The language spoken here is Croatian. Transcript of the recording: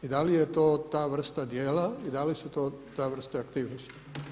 I da li je to ta vrsta djela, i da li su to te vrste aktivnosti.